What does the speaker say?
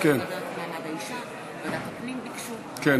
מדברת בקול אחד גם בהצבעות, אבל